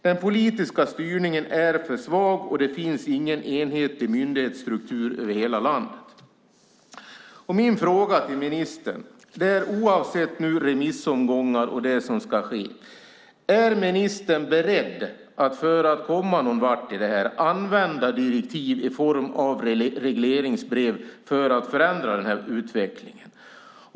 Den politiska styrningen är för svag, och det finns ingen enhetlig myndighetsstruktur över hela landet. Oavsett remissomgångar och det som ska ske: Är ministern beredd att använda direktiv i form av regleringsbrev för att förändra utvecklingen och komma någonvart?